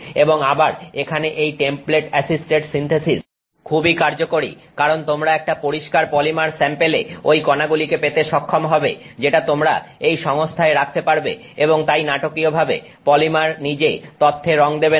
এবং আবার এখানে এই টেমপ্লেট অ্যাসিস্টেড সিন্থেসিস খুবই কার্যকরী কারণ তোমরা একটা পরিষ্কার পলিমার স্যাম্পেলে ঐ কনাগুলিকে পেতে সক্ষম হবে যেটা তোমরা এই সংস্থায় রাখতে পারবে এবং তাই নাটকীয়ভাবে পলিমার নিজে তথ্যে রং দেবেনা